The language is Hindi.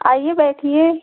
आइए बैठिए